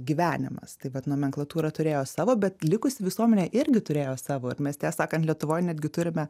gyvenimas tai vat nomenklatūra turėjo savo bet likusi visuomenė irgi turėjo savo ir mes tiesą sakant lietuvoj netgi turime